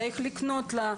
צריך לקנות לה.